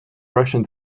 russian